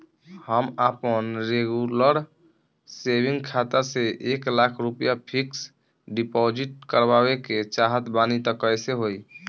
हम आपन regular saving खाता से एक लाख रुपया फिक्स डिपॉज़िट करवावे के चाहत बानी त कैसे होई?